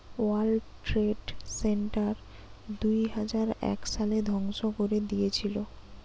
world trade center দুইহাজার এক সালে ধ্বংস করে দিয়েছিলো